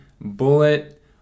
Bullet